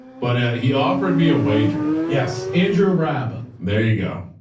but he offered me a wager. yes, andrew rab. there you go.